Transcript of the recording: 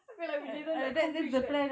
feel like we didn't accomplish that